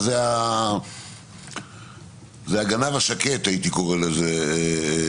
זה "הגנב השקט" הייתי קורא למשכנתה,